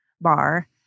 bar